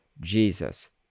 Jesus